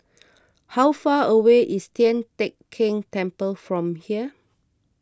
how far away is Tian Teck Keng Temple from here